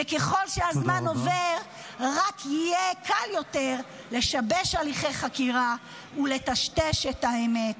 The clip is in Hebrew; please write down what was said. וככל שהזמן עובר רק יהיה קל יותר לשבש הליכי חקירה ולטשטש את האמת.